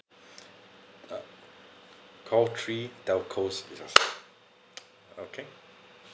uh call three telco okay